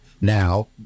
now